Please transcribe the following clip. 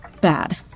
bad